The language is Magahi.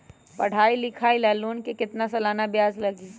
पढाई लिखाई ला लोन के कितना सालाना ब्याज लगी?